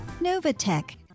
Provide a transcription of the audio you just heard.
Novatech